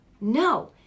No